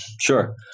Sure